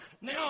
now